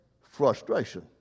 Frustration